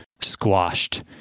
squashed